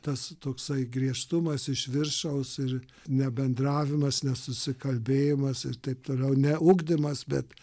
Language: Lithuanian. tas toksai griežtumas iš viršaus ir nebendravimas nesusikalbėjimas ir taip toliau ne ugdymas bet